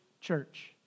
church